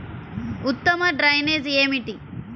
ఉత్తమ డ్రైనేజ్ ఏమిటి?